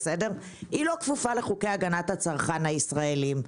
לא כפופה לחוקי הגנת הצרכן הישראלים.